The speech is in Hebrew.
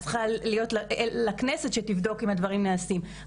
היא צריכה להיות לכנסת על מנת זאת תבדוק ותוודא אם הדברים נעשים.